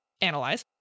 analyze